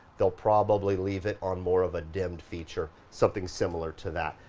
they'll probably leave it on more of a dimmed feature, something similar to that.